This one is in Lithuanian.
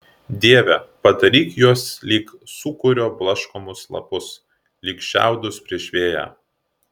dieve padaryk juos lyg sūkurio blaškomus lapus lyg šiaudus prieš vėją